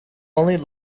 only